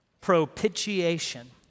Propitiation